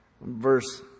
Verse